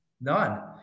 None